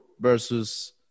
versus